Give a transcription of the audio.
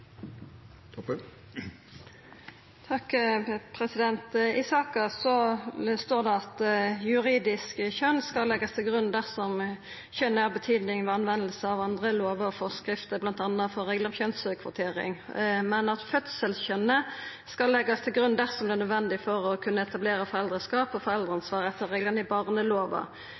I saka står det at «det juridiske kjønnet skal legges til grunn dersom kjønn er av betydning ved anvendelse av andre lover og forskrifter», bl.a. «for regler om kjønnskvotering», men at fødselskjønnet skal leggjast «til grunn dersom det er nødvendig for å kunne etablere foreldreskap og foreldreansvar etter reglene i barneloven»,